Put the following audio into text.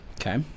Okay